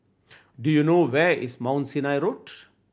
do you know where is Mount Sinai Road